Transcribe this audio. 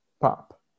pop